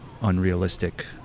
unrealistic